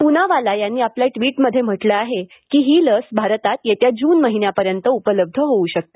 पूनावाला यांनी आपल्या ट्वीटमध्ये म्हटले आहे की ही लस भारतात येत्या जून महिन्यापर्यंत उपलब्ध होऊ शकते